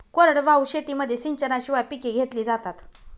कोरडवाहू शेतीमध्ये सिंचनाशिवाय पिके घेतली जातात